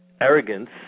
Arrogance